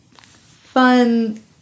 fun